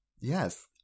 Yes